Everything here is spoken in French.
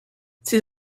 ces